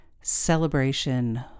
celebration